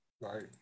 Right